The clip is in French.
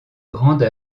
grande